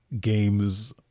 games